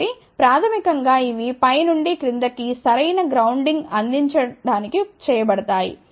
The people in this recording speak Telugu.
కాబట్టి ప్రాథమికం గా ఇవి పై నుండి క్రింది కి సరైన గ్రౌండింగ్ అందించడానికి చేయబడతాయి